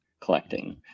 collecting